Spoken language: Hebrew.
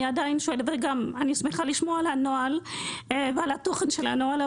וגם אני שמחה לשמוע על הנוהל ועל התוכן של הנוהל.